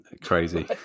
Crazy